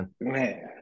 Man